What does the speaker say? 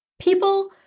People